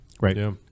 Right